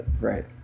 Right